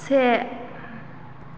से